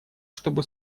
чтобы